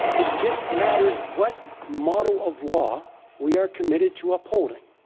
it just matters what model of law we are committed to upholding.